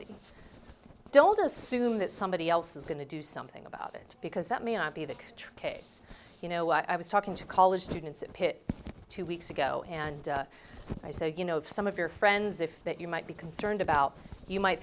easy don't assume that somebody else is going to do something about it because that may not be the case you know i was talking to college students at pitt two weeks ago and i said you know if some of your friends if that you might be concerned about you might